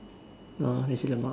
or Nasi-Lemak